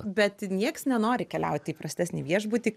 bet nieks nenori keliauti į prastesnį viešbutį